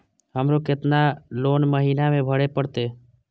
हमरो केतना लोन महीना में भरे परतें?